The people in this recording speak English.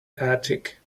attic